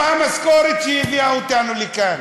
נוספה לך בזכות אורן